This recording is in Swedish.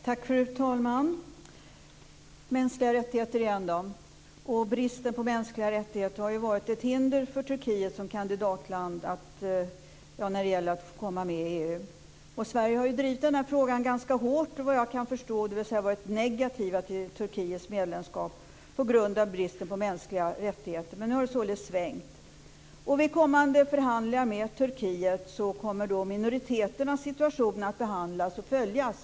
Fru talman! Återigen till mänskliga rättigheter. Bristen på mänskliga rättigheter har ju varit ett hinder för Turkiet som kandidatland när det gäller att få komma med i EU. Sverige har drivit frågan ganska hårt, vad jag kan förstå. Man har varit negativ till Turkiets medlemskap på grund av bristen på mänskliga rättigheter. Men nu har det således svängt. Vid kommande förhandlingar med Turkiet kommer minoriteternas situation att behandlas och följas.